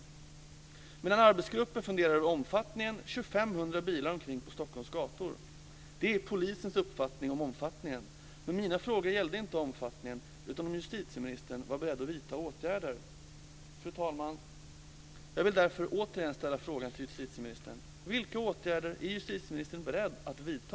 Medan arbetsgrupper funderar över omfattningen kör 500 drogpåverkade förare omkring på Stockholms gator. Det är polisens uppfattning om omfattningen, men mina frågor gällde inte omfattningen utan om justitieministern var beredd att vidta åtgärder. Fru talman! Jag vill därför återigen ställa frågan till justitieministern: Vilka åtgärder är justitieministern beredd att vidta?